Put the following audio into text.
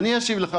אני אשיב לך,